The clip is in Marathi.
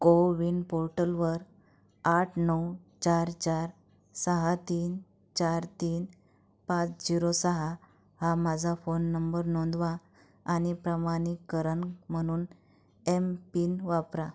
कोविन पोर्टलवर आठ नऊ चार चार सहा तीन चार तीन पाच झिरो सहा हा माझा फोन नंबर नोंदवा आणि प्रमाणीकरण म्हणून एमपिन वापरा